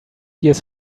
years